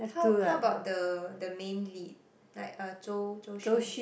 how how about the the main lead like uh Zhou Zhou-Xun